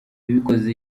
yabikoze